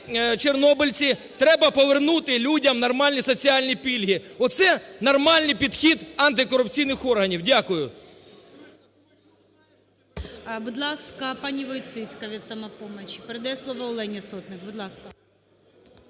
Треба повернути людям нормальні соціальні пільги – оце нормальний підхід антикорупційних органів. Дякую.